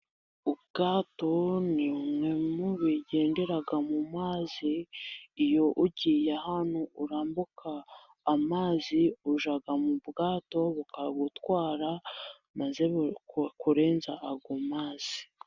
Ubwato ni bumwe mu bigendera mu mazi, iyo ugiye ahantu urambuka amazi ujya mu bwato bukagutwara, maze bukakurenza ayo mazi.